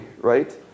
right